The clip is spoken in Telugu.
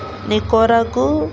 నికోరాకు